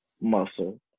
muscle